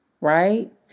Right